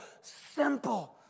simple